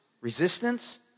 resistance